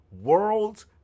World